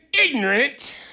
ignorant